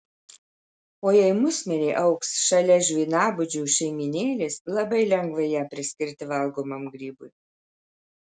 o jei musmirė augs šalia žvynabudžių šeimynėlės labai lengva ją priskirti valgomam grybui